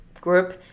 group